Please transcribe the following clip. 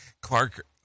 Clark